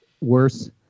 worse